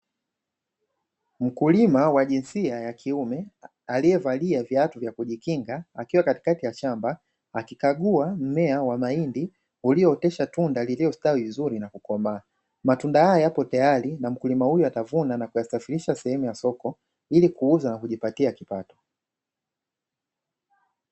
Mkulima wa jinsia ya kiume, aliyevalia viatu vya kujikinga, akiwa katikati ya shamba akikagua mmea wa mahindi uliootesha tunda lililostawi vizuri na kukomaa. Matunda haya yapo tayari na mkulima huyu atavuna na kuyasafirisha sehemu ya soko, ili kuuza na kujipatia kipato.